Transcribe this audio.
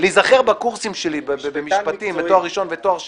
אני רק מנסה להיזכר בקורסים שלי במשפטים בתואר ראשון ותואר שני,